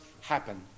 happen